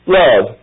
love